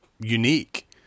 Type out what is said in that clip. unique